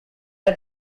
had